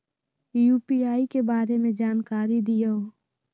UPI के बारे में जानकारी दियौ?